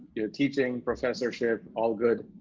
you're teaching, professorship, all good.